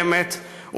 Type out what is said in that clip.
חברת הכנסת מועלם.